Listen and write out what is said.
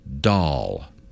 doll